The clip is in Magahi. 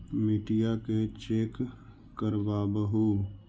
मिट्टीया के चेक करबाबहू?